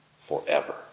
forever